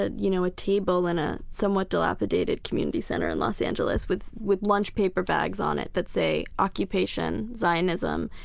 ah you know, a table in a somewhat dilapidated community center in los angeles with with lunch paper bags on it that say, occupation, zionism,